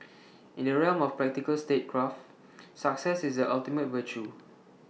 in the realm of practical statecraft success is the ultimate virtue